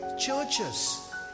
churches